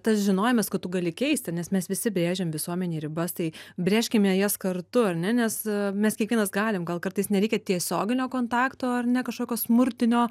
tas žinojimas kad tu gali keisti nes mes visi brėžiam visuomenėj ribas tai brėžkime jas kartu ar ne nes mes kiekvienas galim gal kartais nereikia tiesioginio kontakto ar ne kažkokio smurtinio